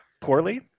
poorly